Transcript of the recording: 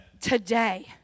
today